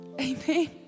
Amen